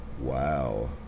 wow